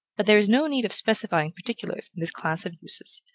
but there is no need of specifying particulars in this class of uses.